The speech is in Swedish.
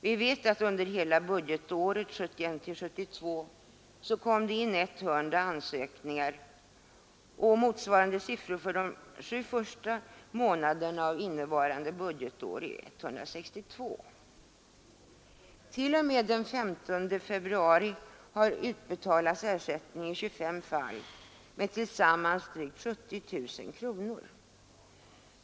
Vi vet att under hela budgetåret 1971/72 kom det in 100 ansökningar, och motsvarande siffra för de sju första månaderna av innevarande budgetår är 162. T. o. m. den 15 februari har utbetalats ersättning i 25 fall med tillsammans drygt 70 000 kronor.